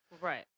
Right